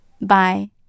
Bye